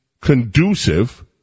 conducive